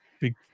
big